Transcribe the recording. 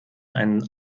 einen